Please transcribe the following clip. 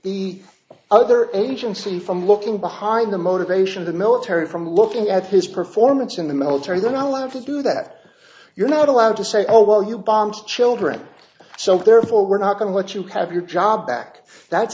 eat other agency from looking behind the motivation of the military from looking at his performance in the military they're not allowed to do that you're not allowed to say oh you bomb children so therefore we're not going what you can have your job back that's